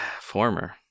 former